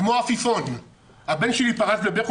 כמו עפיפון הבן שלי פרץ בבכי,